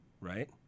right